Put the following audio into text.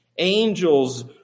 Angels